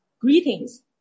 Greetings